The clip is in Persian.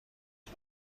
ولی